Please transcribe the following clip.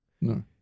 no